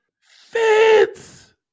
Fitz